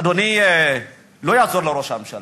אדוני, לא יעזור לראש הממשלה.